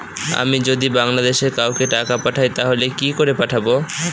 আমি যদি বাংলাদেশে কাউকে টাকা পাঠাই তাহলে কি করে পাঠাবো?